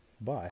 Bye